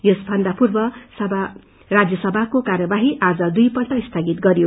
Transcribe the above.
यसभन्दा पूर्व राज्यसभाको कार्यवाही आज दुइपल्ट स्थगित गरियो